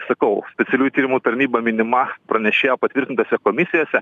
sakau specialiųjų tyrimų tarnyba minima pranešėjo patvirtintose komisijose